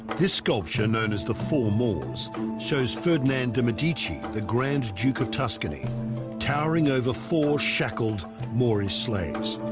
this sculpture known as the four moors shows ferdinand de medici the grand duke of tuscany towering over four shackled moorish like salves